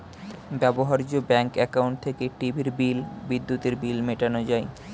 ব্যবহার্য bank account থেকে টিভির বিল, বিদ্যুতের বিল মেটানো যায়